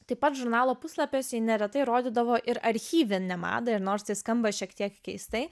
taip pat žurnalo puslapiuose ji neretai rodydavo ir archyvinę madą ir nors tai skamba šiek tiek keistai